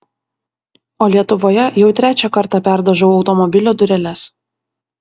o lietuvoje jau trečią kartą perdažau automobilio dureles